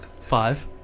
Five